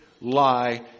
lie